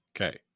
Okay